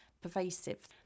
pervasive